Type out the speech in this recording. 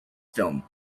film